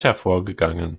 hervorgegangen